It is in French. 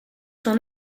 son